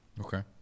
okay